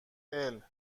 السه